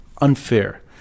unfair